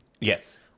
Yes